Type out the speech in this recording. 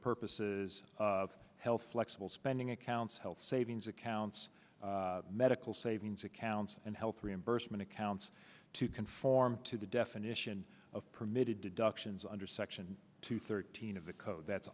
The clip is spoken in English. purposes of health flexible spending accounts health savings accounts medical savings accounts and health reimbursement accounts to conform to the definition of permitted to duck sions under section two thirteen of